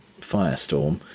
firestorm